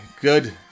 good